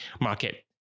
market